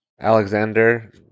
Alexander